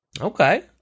Okay